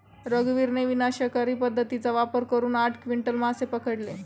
रघुवीरने विनाशकारी पद्धतीचा वापर करून आठ क्विंटल मासे पकडले